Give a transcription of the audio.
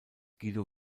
guido